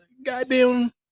Goddamn